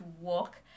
walk